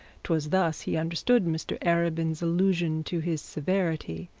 twas thus he understood mr arabin's allusion to his severity,